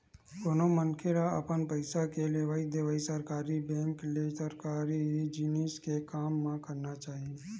कोनो मनखे ल अपन पइसा के लेवइ देवइ सरकारी बेंक ते सरकारी जिनिस के काम म करना चाही